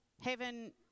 heaven